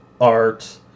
art